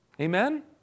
Amen